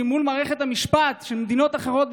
מול מערכת המשפט של מדינות אחרות,